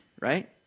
Right